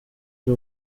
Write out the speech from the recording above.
ari